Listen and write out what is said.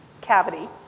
cavity